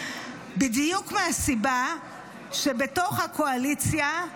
בדיוק מהסיבה שבתוך הקואליציה,